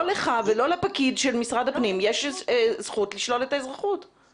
לא לך ולא לפקיד של משרד הפנים יש זכות לשלול את האזרחות,